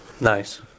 Nice